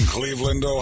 Cleveland